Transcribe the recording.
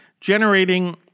generating